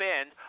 end